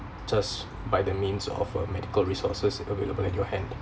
just by the means of a medical resources available in your hand